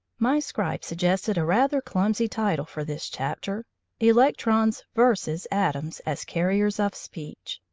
my scribe suggested a rather clumsy title for this chapter electrons versus atoms as carriers of speech.